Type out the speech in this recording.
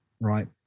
Right